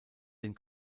den